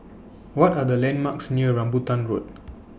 What Are The landmarks near Rambutan Road